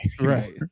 Right